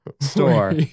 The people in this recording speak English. store